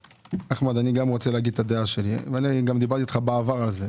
אחמד, אני רוצה לומר את דעתי ודיברתי איתך בעניין.